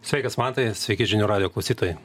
sveikas mantai sveiki žinių radijo klausytojai